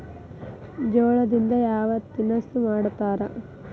ಜೋಳದಿಂದ ಯಾವ ತಿನಸು ಮಾಡತಾರ?